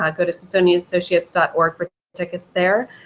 ah go to smithsonianassociates dot org for tickets there.